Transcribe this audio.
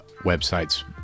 websites